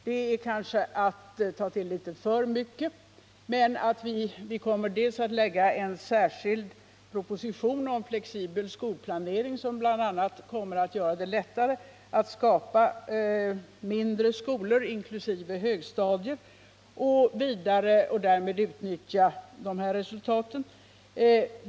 Det är kanske att ta till litet för mycket, men jag vill framhålla att vi kommer att lägga fram en särskild proposition om flexibel skolplanering, som bl.a. kommer att göra det lättare att skapa mindre skolor, bl.a. för högstadiet, varvid dessa resultat kommer att utnyttjas.